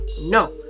no